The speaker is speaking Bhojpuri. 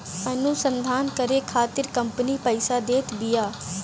अनुसंधान करे खातिर कंपनी पईसा देत बिया